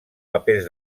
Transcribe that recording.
papers